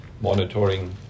monitoring